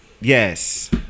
yes